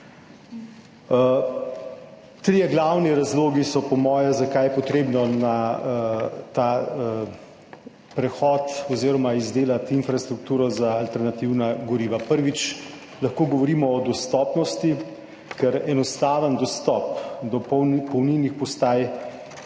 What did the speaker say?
trije glavni razlogi, zakaj je treba pri tem prehodu izdelati infrastrukturo za alternativna goriva. Prvič lahko govorimo o dostopnosti, ker je enostaven dostop do polnilnih postaj,